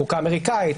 חוקה אמריקאית,